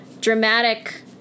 dramatic